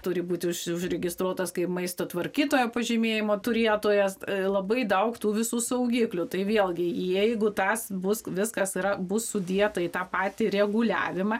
turi būti už užregistruotas kaip maisto tvarkytojo pažymėjimo turėtojas labai daug tų visų saugiklių tai vėlgi jeigu tas bus viskas yra bus sudėta į tą patį reguliavimą